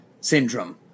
syndrome